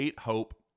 Hope